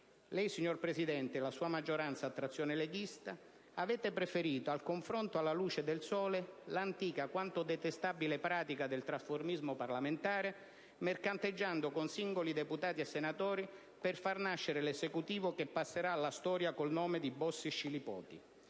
Lei, signor Presidente, e la sua maggioranza a trazione leghista avete preferito al confronto alla luce del sole l'antica quanto detestabile pratica del trasformismo parlamentare, mercanteggiando con singoli deputati e senatori per far nascere l'Esecutivo che passerà alla storia con il nome di Bossi-Scilipoti: